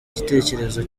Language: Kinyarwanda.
igitekerezo